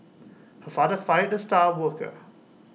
her father fired the star worker